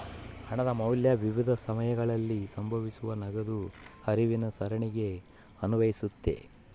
ಹಣದ ಮೌಲ್ಯ ವಿವಿಧ ಸಮಯಗಳಲ್ಲಿ ಸಂಭವಿಸುವ ನಗದು ಹರಿವಿನ ಸರಣಿಗೆ ಅನ್ವಯಿಸ್ತತೆ